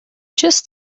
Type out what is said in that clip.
just